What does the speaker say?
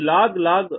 0121log 3